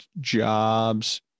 jobs